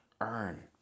earn